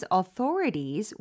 authorities